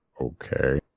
Okay